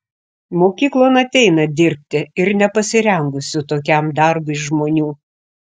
mokyklon ateina dirbti ir nepasirengusių tokiam darbui žmonių